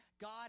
God